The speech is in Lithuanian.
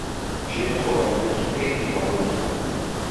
šiaip atrodo kaip su peintu pabraukyta